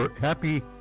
happy